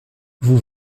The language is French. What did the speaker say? vous